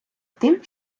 тим